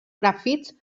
grafits